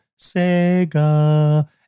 sega